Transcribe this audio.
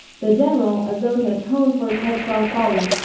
the general, as though to atone for his headstrong folly,